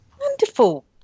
Wonderful